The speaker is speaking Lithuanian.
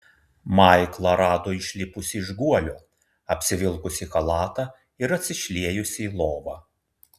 maiklą rado išlipusį iš guolio apsivilkusį chalatą ir atsišliejusį į lovą